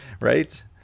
right